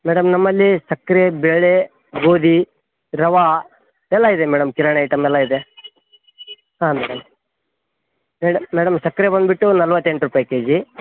madam ನಮ್ಮಲ್ಲಿ ಸಕ್ಕರೆ ಬೇಳೆ ಗೋಧಿ ರವಾ ಎಲ್ಲ ಇದೆ ಮೇಡಮ್ ಕಿರಾಣಿ ಐಟಮ್ ಎಲ್ಲ ಇದೆ ಹಾಂ ಮೇಡಮ್ ಮೇಡ ಮೇಡಮ್ ಸಕ್ಕರೆ ಬಂದುಬಿಟ್ಟು ನಲವತ್ತೆಂಟು ರೂಪಾಯಿ ಕೆ ಜಿ